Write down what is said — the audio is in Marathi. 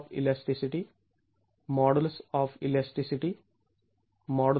Thank you